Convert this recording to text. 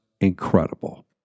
incredible